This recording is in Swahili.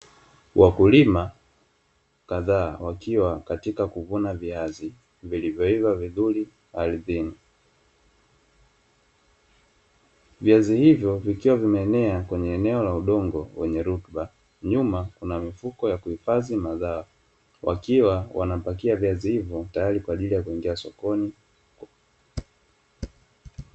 Wakulima kadhaa wakiwa katika kuvuna viazi vilivyoiva vizuri ardhini. Viazi hivyo vikiwa vimeenea kwenye eneo la udongo wenye rutuba, nyuma kuna mifuko ya kuhifadhi mazao. Wakiwa wanapakia viazi hivyo tayari kwa ajili ya kuingia sokoni.